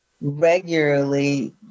regularly